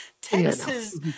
Texas